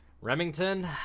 Remington